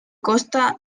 costa